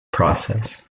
process